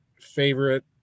favorite